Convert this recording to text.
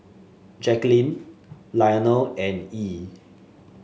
Jacalyn Lionel and Yee